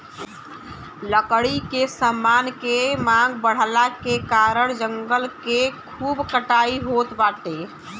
लकड़ी के समान के मांग बढ़ला के कारण जंगल के खूब कटाई होत बाटे